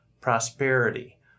prosperity